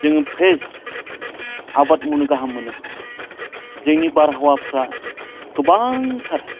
जोङो फ्रेस आबाद मावनो गाहाम मोनो जोंनि बारहावाफ्रा गोबांथार